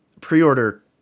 pre-order